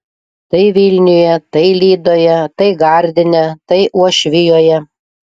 tai vilniuje tai lydoje tai gardine tai uošvijoje